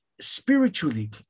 spiritually